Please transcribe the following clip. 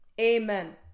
Amen